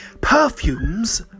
perfumes